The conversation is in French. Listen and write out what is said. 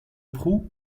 proue